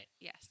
Yes